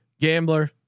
Gambler